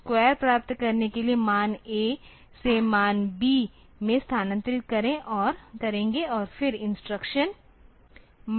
तो स्क्वायर प्राप्त करने के लिए मान A से मान B में स्थानांतरित करेंगे और फिर इंस्ट्रक्शन Multiply A B का उपयोग करें